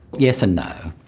yes and no,